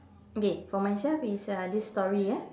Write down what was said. okay for myself it's uh this story ah